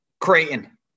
Creighton